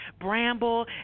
Bramble